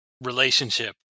relationship